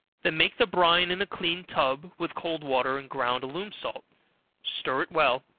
then make the brine in a clean tub, with cold water and ground alum salt stir it well,